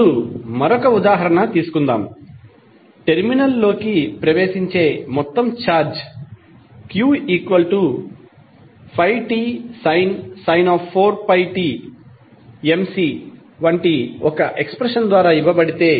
ఇప్పుడు మరొక ఉదాహరణ తీసుకుందాం టెర్మినల్ లోకి ప్రవేశించే మొత్తం ఛార్జ్ q5tsin 4t mC వంటి ఒక ఎక్స్ప్రెషన్ ద్వారా ఇవ్వబడితే